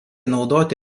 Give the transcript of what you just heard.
naudoti